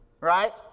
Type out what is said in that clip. Right